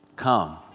Come